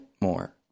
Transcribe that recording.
more